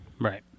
Right